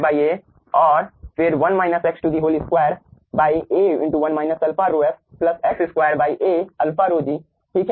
G2 A और फिर 2A1 α ρf X2 A α ρg ठीक है